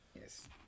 Yes